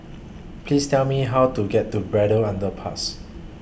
Please Tell Me How to get to Braddell Underpass